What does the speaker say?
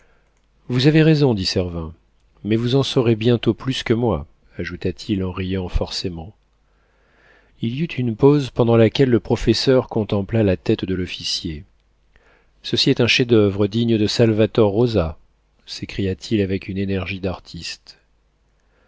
vous avez raison dit servin mais vous en saurez bientôt plus que moi ajouta-t-il en riant forcément il y eut une pause pendant laquelle le professeur contempla la tête de l'officier ceci est un chef-d'oeuvre digne de salvator rosa s'écria-t-il avec une énergie d'artiste